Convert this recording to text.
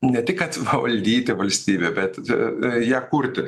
ne tik kad valdyti valstybę bet ją kurti